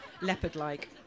leopard-like